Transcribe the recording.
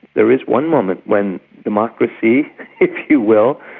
there is one moment when democracy if you will,